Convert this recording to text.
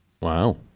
Wow